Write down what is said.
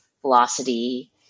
velocity